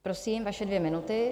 Prosím, vaše dvě minuty.